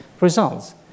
results